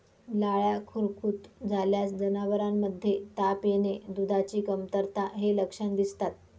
लाळ्या खुरकूत झाल्यास जनावरांमध्ये ताप येणे, दुधाची कमतरता हे लक्षण दिसतात